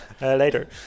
later